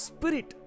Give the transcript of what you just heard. Spirit